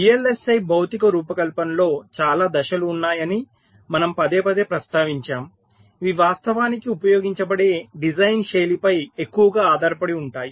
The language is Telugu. VLSI భౌతిక రూపకల్పనలో చాలా దశలు ఉన్నాయని మనము పదేపదే ప్రస్తావించాము ఇవి వాస్తవానికి ఉపయోగించబడే డిజైన్ శైలిపై ఎక్కువగా ఆధారపడి ఉంటాయి